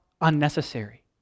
unnecessary